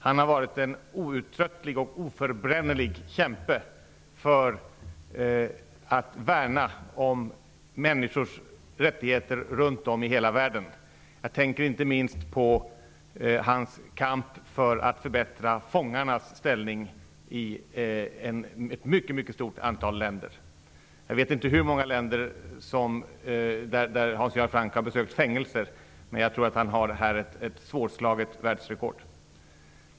Han har varit en outtröttlig och oförbrännerlig kämpe för att värna om människors rättigheter runt om i hela världen. Jag tänker inte minst på hans kamp för att förbättra fångarnas ställning i ett mycket mycket stort antal länder. Jag vet inte i hur många länder Hans Göran Franck har besökt fängelser, men jag tror att han har ett svårslaget världsrekord.